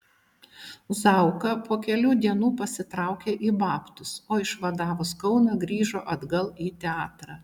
zauka po kelių dienų pasitraukė į babtus o išvadavus kauną grįžo atgal į teatrą